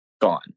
gone